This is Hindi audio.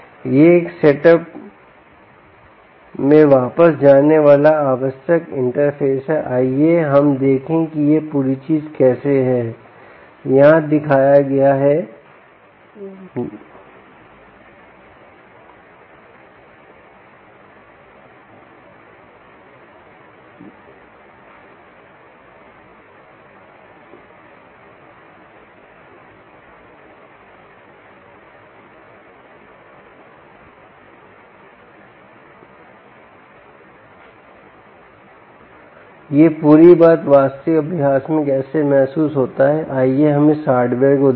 यह इस सेटअप में वापस जाने वाला आवश्यक इंटरफ़ेस है आइए हम देखें कि यह पूरी चीज़ कैसे है यहाँ दिखाया गया है यह पूरी बात वास्तविक अभ्यास में यह कैसे महसूस होता है आइए हम इस हार्डवेयर को देखें